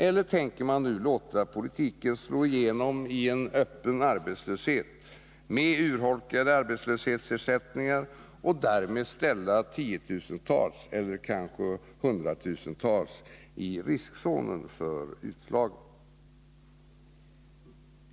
Eller tänker man nu låta politiken slå igenom i öppen arbetslöshet med urholkade arbetslöshetsersättningar och därmed ställa tiotusentals eller kanske hundratusentals i riskzonen för utslagning?